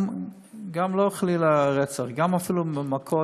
גם לא חלילה רצח, אלא אפילו מכות,